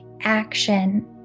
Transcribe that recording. action